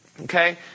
okay